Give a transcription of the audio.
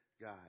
God